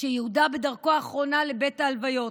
כשיהודה בדרכו האחרונה לבית ההלוויות,